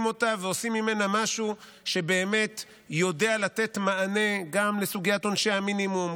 אותה ועושים ממנה משהו שבאמת יודע לתת מענה גם בסוגיית עונשי המינימום,